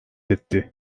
etti